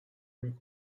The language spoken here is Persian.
نمی